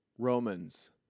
Romans